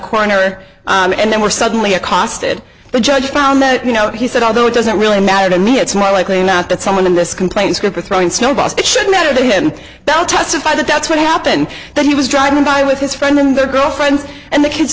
corner and then were suddenly accosted the judge found that you know he said although it doesn't really matter to me it's more likely than not that someone in this complaint is going to throwing snowballs that should matter to him now testified that that's what happened that he was driving by with his friend and their girlfriends and the kids